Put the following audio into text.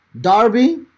Darby